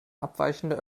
abweichende